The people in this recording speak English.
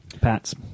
Pats